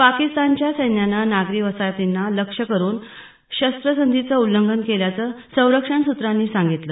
पाकिस्तानच्या सैन्यानं नागरी वसाहतींना लक्ष्य करून शस्त्रसंधीचं उल्लंघन केल्याचं संरक्षण सूत्रांनी सांगितलं